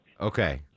Okay